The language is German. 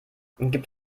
gibt